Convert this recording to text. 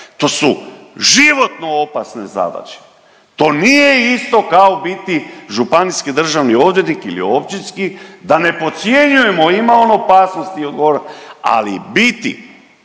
to su životno opasne zadaće. To nije isto kao u biti županijski državni odvjetnik ili općinski. Da ne podcjenjujemo ima on opasnosti od gora,